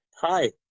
Hi